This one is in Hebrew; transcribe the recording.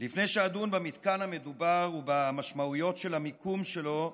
לפני שאדון במתקן המדובר ובמשמעויות של המיקום שלו,